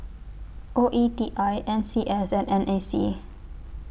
O E T I N C S and N A C